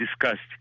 discussed